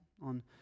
on